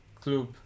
Club